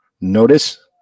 notice